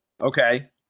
Okay